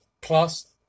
Plus